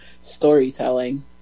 storytelling